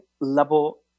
level